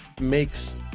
makes